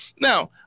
Now